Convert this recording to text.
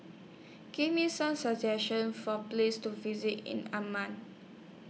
Give Me Some suggestions For Places to visit in Amman